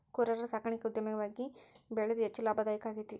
ಕುರರ ಸಾಕಾಣಿಕೆ ಉದ್ಯಮವಾಗಿ ಬೆಳದು ಹೆಚ್ಚ ಲಾಭದಾಯಕಾ ಆಗೇತಿ